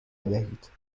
بدهید